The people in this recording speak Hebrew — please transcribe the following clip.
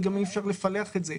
וגם אי אפשר לפלח את זה.